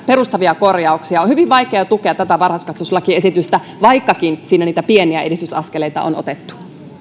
perustavia korjauksia on hyvin vaikea tukea tätä varhaiskasvatuslakiesitystä vaikkakin siinä niitä pieniä edistysaskeleita on otettu